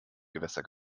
gewässer